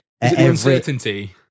uncertainty